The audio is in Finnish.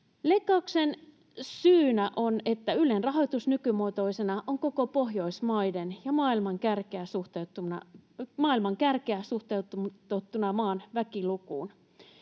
Leikkauksen syynä on, että Ylen rahoitus nykymuotoisena on koko Pohjoismaiden ja maailman kärkeä suhteutettuna maan väkilukuun,